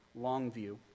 Longview